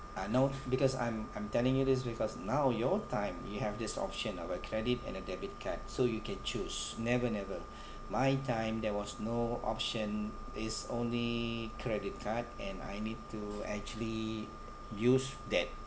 I know because I'm I'm telling you this because now your time you have this option of a credit and a debit card so you can choose never never my time there was no option it's only credit card and I need to actually use that